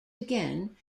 again